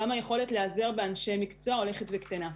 גם היכולת להיעזר באנשי מקצוע הולכת וקטנה.